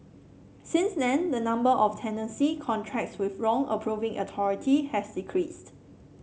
since then the number of tenancy contracts with wrong approving authority has decreased